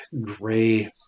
gray